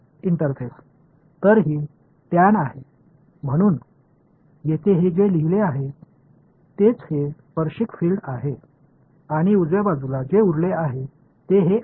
interface तर ही टॅन आहे म्हणून येथे हे जे लिहिले आहे तेच हे स्पर्शिक फिल्ड आहे आणि उजव्या बाजूला जे उरले आहे ते हे आहे